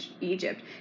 Egypt